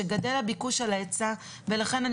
כאשר גדל הביקוש על ההיצע ולכן אני